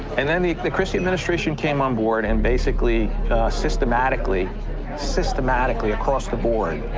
and then the the christie administration came on board and basically systematically systematically, across the board,